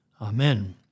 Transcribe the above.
Amen